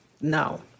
no